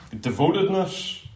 devotedness